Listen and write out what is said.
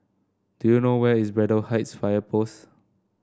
do you know where is Braddell Heights Fire Post